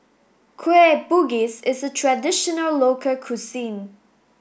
Kueh Bugis is a traditional local cuisine